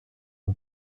ont